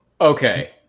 Okay